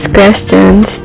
questions